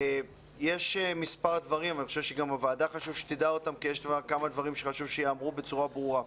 יש מספר דברים שאני חושב שחשוב שהוועדה תדע אותם ושיאמרו בצורה ברורה.